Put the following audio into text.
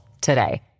today